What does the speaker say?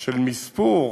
של מספור,